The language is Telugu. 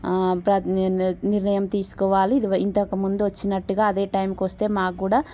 నిర్ణయం తీసుకోవాలి ఇంతకు ముందు వచ్చినట్టుగా అదే టైంకు వస్తే మాకు కూడా